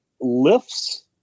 lifts